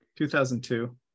2002